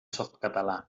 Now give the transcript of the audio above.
softcatalà